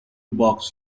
bucks